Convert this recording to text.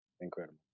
Incredible